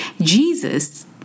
Jesus